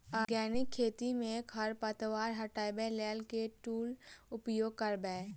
Organic खेती मे खरपतवार हटाबै लेल केँ टूल उपयोग करबै?